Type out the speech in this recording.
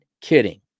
kidding